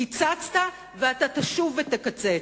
קיצצת ואתה תשוב ותקצץ.